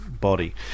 body